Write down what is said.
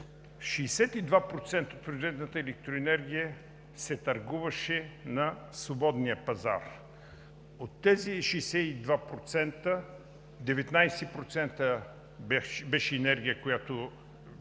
62% от произведената електроенергия се търгуваше на свободния пазар. От тези 62% 19% беше енергия, която